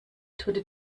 tote